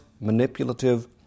manipulative